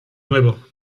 nuevo